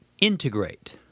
Integrate